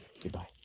Goodbye